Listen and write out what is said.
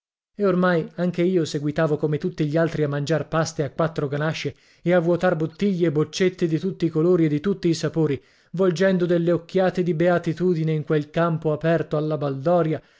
e ormai anche io seguitavo come tutti gli altri a mangiar paste a quattro ganasce e a vuotar bottiglie e boccette di tutti i colori e di tutti i sapori volgendo delle occhiate di beatitudine in quel campo aperto alla baldoria